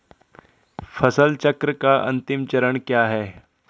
फसल चक्र का अंतिम चरण क्या है?